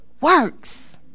Works